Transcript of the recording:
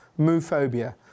moophobia